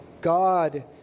God